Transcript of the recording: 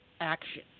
action